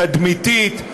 תדמיתית,